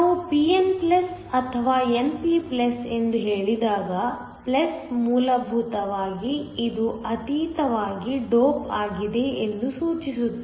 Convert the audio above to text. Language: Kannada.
ನಾವು pn ಅಥವಾ np ಎಂದು ಹೇಳಿದಾಗ ಪ್ಲಸ್ ಮೂಲಭೂತವಾಗಿ ಇದು ಅತೀವವಾಗಿ ಡೋಪ್ ಆಗಿದೆ ಎಂದು ಸೂಚಿಸುತ್ತದೆ